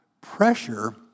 Pressure